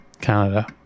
Canada